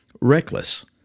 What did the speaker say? reckless